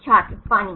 छात्र पानी